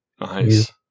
Nice